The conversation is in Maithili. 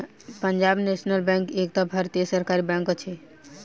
पंजाब नेशनल बैंक एकटा भारतीय सरकारी बैंक अछि